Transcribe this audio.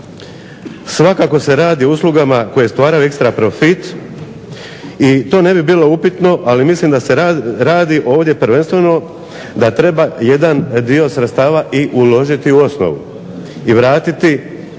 svakako se radi o uslugama koje stvaraju ekstra profit i to ne bi bilo upitno ali mislim da se radi ovdje prvenstveno da treba jedan dio sredstava uložiti u osnovu i vratiti